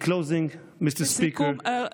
(אומר דברים בשפה האנגלית,